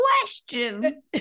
question